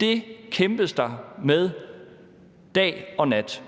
Det kæmpes der med dag og nat.